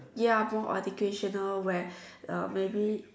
ya more educational aware uh maybe